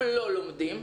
הם לא לומדים,